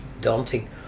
daunting